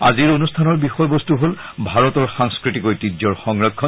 আজিৰ অনুষ্ঠানৰ বিষয়বস্তু হ'ল ভাৰতৰ সাংস্কৃতিক ঐতিহ্যৰ সংৰক্ষণ